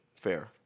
Fair